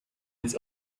its